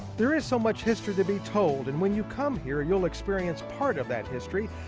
there is so much history to be told and when you come here, you'll experience part of that history.